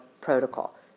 Protocol